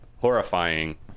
horrifying